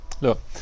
Look